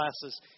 classes